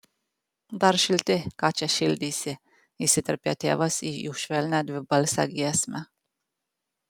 dar šilti ką čia šildysi įsiterpė tėvas į jų švelnią dvibalsę giesmę